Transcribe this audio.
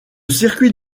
circuit